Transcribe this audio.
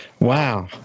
Wow